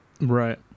Right